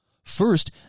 First